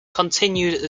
continued